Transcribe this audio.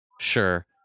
Sure